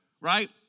right